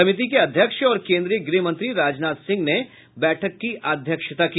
समिति के अध्यक्ष और केंद्रीय गृहमंत्री राजनाथ सिंह ने इस बैठक की अध्यक्षता की